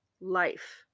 life